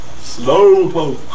Slowpoke